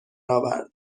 آورد